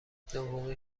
دومین